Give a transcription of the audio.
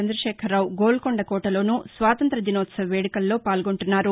చంద్రశేఖరరావు గోల్కొండ కోటలోనూ స్వాతంత్ర్య దినోత్సవ వేడుకల్లో పాల్గొంటున్నారు